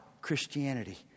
Christianity